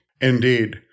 Indeed